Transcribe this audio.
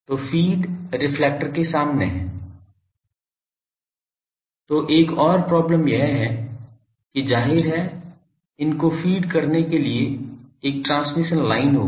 तो feed reflector के सामने है तो एक और प्रॉब्लम यह है कि जाहिर है इनको फीड करने के लिए एक ट्रांसमिशन लाइन होगी